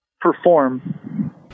perform